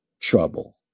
trouble